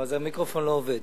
אז המיקרופון לא עובד.